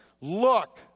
look